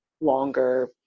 longer